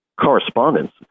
correspondence